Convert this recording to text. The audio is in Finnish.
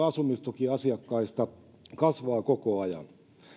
asumistukiasiakkaista kasvaa koko ajan